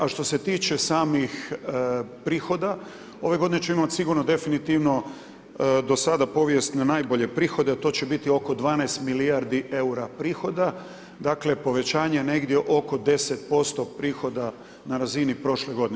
A što se tiče samih prihoda, ove godine ćemo imati sigurno definitivno, do sada povijesno najbolje prihode, a to će biti oko 12 milijardi eura prihoda, dakle povećanje negdje oko 10% prihoda na razini prošle godine.